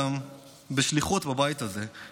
בשליחות בבית הזה,